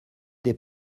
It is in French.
des